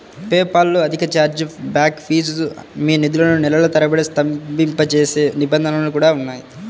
PayPal లో అధిక chargeback fees, మీ నిధులను నెలల తరబడి స్తంభింపజేసే నిబంధనలు కూడా ఉన్నాయి